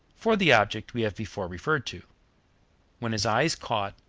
for the object we have before referred to when his eyes caught,